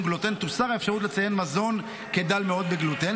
גלוטן תוסר האפשרות לציין מזון כדל מאוד בגלוטן,